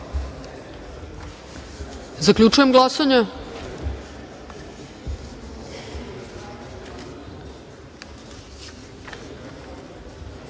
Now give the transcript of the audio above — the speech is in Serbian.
se. Zaključujem glasanje: